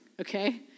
Okay